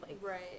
Right